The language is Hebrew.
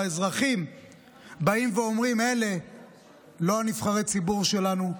והאזרחים באים ואומרים: אלה לא נבחרי ציבור שלנו.